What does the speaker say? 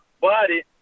body